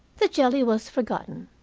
the jelly was forgotten.